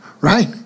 right